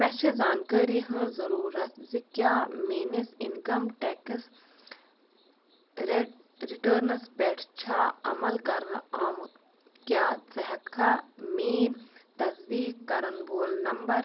مےٚ چھِ زانٛکٲری ہنٛز ضٔروٗرت زِ کیٛاہ میٲنس انکم ٹیکٕس رِٹ رِٹرنس پٮ۪ٹھ چھا عمل کرنہٕ آمُت کیٛاہ ژٕ ہٮ۪ککھا میٛٲنۍ تصدیٖق کرن وول نمبر